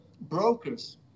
brokers